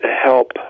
help